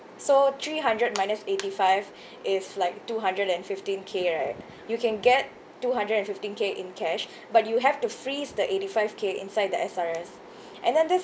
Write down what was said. so three hundred minus eighty five is like two hundred and fifteen K right you can get two hundred and fifteen K in cash but you have to freeze the eighty five K inside the S_R_S and then this